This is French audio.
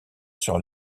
sur